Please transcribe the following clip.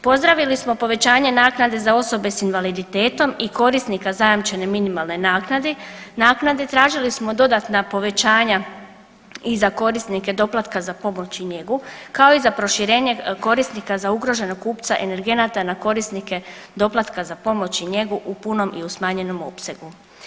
Pozdravili smo povećanje naknade za osobe sa invaliditetom i korisnika zajamčene minimalne naknade, tražili smo dodatna povećanja i za korisnike doplatka za pomoć i njegu kao i za proširenje korisnika za ugroženog kupa energenata na korisnike doplatka za pomoć i njegu u punom o i smanjenom opsegu.